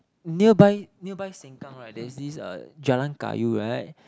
nearby nearby Sengkang right there is this uh Jalan-Kayu right